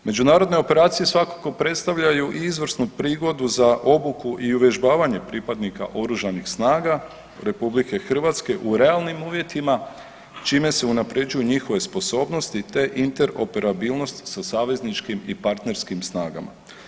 Međunarodne operacije svakako predstavljaju i izvrsnu prigodu za obuku i uvježbavanje pripadnika Oružanih snaga RH u realnim uvjetima s čime se unapređuju njihove sposobnosti te interoperabilnost sa savezničkim i partnerskim snagama.